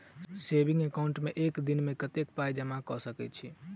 Saving account मे एक दिनमे कतेक पाई जमा कऽ सकैत छी?